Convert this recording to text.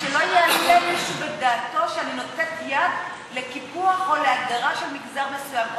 ושלא יעלה מישהו בדעתו שאני נותנת יד לקיפוח או להדרה של מגזר מסוים.